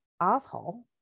asshole